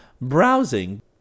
browsing